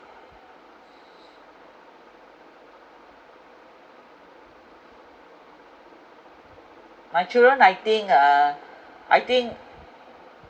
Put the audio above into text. my children I think uh I think